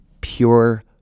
pure